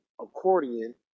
accordion